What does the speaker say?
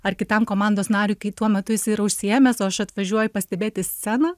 ar kitam komandos nariui kai tuo metu jis yra užsiėmęs o aš atvažiuoju pastebėti sceną